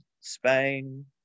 Spain